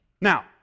Now